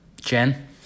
Jen